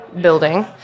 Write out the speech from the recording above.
building